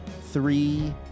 Three